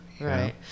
right